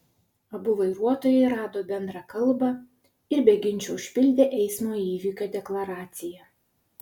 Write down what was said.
abu vairuotojai rado bendrą kalbą ir be ginčų užpildė eismo įvykio deklaraciją